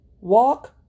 Walk